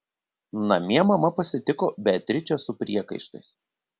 namie mama pasitiko beatričę su priekaištais